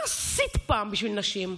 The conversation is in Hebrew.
מה עשית פעם בשביל נשים?